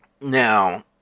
Now